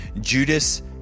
Judas